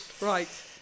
Right